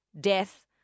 death